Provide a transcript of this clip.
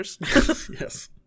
Yes